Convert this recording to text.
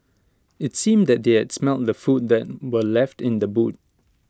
IT seemed that they had smelt the food that were left in the boot